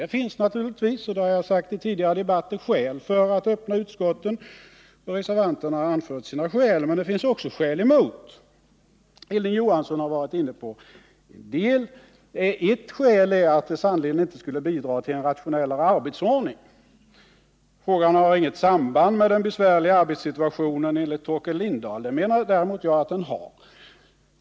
Det finns naturligtvis — och det har jag sagt i tidigare debatter — skäl för att öppna utskotten, och reservanterna har anfört sina skäl. Men det finns också skäl emot. Hilding Johansson har varit inne på en del av dem. Ett är att det sannerligen inte skulle bidra till en rationellare arbetsordning. Frågan har enligt Torkel Lindahl inget samband med den besvärliga arbetssituationen. Det menar dock jag att den har.